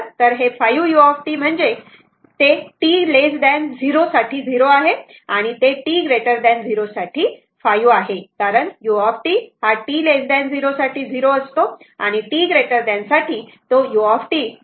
तर हे 5 u म्हणजे 5 u म्हणजे ते t 0 साठी 0 आहे आणि ते t 0 साठी 5 आहे कारण u हा t 0 साठी 0 आहे आणि t 0 साठी u iS1 आहे